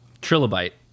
trilobite